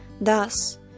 Thus